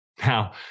Now